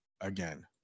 again